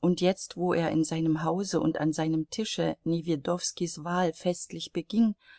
und jetzt wo er in seinem hause und an seinem tische newjedowskis wahl festlich beging